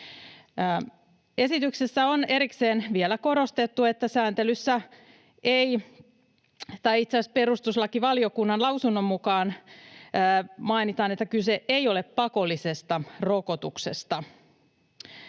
Esityksessä on erikseen vielä korostettu — itse asiassa perustuslakivaliokunnan lausunnossa mainitaan — että kyse ei ole pakollisesta rokotuksesta.